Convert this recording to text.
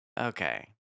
Okay